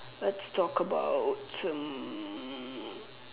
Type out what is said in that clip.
let's talk about um